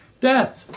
death